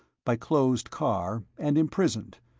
by closed car, and imprisoned,